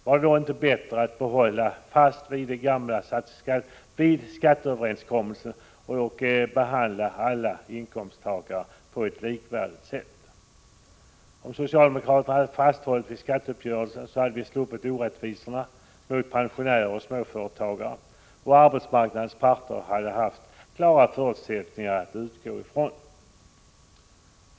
Vore det inte bättre att hålla fast vid överenskommelsen och behandla alla inkomsttagare på ett likvärdigt sätt? Om socialdemokraterna hade fasthållit vid skatteuppgörelsen, hade vi sluppit orättvisorna för pensionärer och småföretagare, och arbetsmarknadens parter hade haft klara förutsättningar att utgå ifrån.